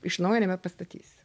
iš naujo nebepastatysi